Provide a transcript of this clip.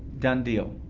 done deal.